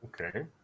Okay